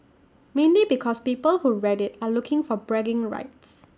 mainly because people who read IT are looking for bragging rights